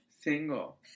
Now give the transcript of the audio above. single